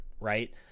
right